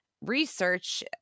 research